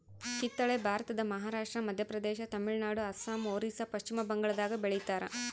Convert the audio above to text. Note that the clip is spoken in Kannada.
ಕಿತ್ತಳೆ ಭಾರತದ ಮಹಾರಾಷ್ಟ್ರ ಮಧ್ಯಪ್ರದೇಶ ತಮಿಳುನಾಡು ಅಸ್ಸಾಂ ಒರಿಸ್ಸಾ ಪಚ್ಚಿಮಬಂಗಾಳದಾಗ ಬೆಳಿತಾರ